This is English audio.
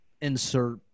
insert